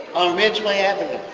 on ridgeway avenue. i